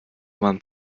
man